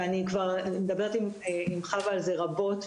ואני כבר מדברת עם חוה על זה רבות,